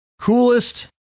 coolest